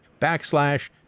backslash